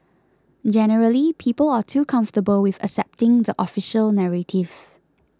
generally people are too comfortable with accepting the official narrative